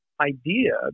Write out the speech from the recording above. idea